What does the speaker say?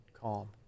calm